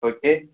okay